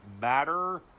matter